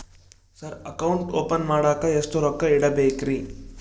Sir account open ಮಾಡಾಕ ಎಷ್ಟು ರೊಕ್ಕ ಇಡಬೇಕ್ರಿ?